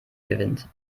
gewinnt